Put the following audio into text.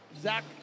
Zach